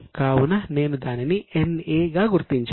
కావున నేను దానిని NA గా గుర్తించాను